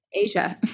Asia